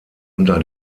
unter